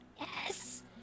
Yes